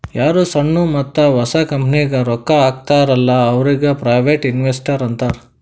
ಯಾರು ಸಣ್ಣು ಮತ್ತ ಹೊಸ ಕಂಪನಿಗ್ ರೊಕ್ಕಾ ಹಾಕ್ತಾರ ಅಲ್ಲಾ ಅವ್ರಿಗ ಪ್ರೈವೇಟ್ ಇನ್ವೆಸ್ಟರ್ ಅಂತಾರ್